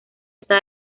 está